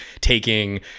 taking